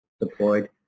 deployed